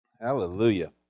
Hallelujah